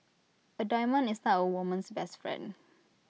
A diamond is not A woman's best friend